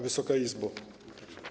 Wysoka Izbo!